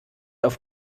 auf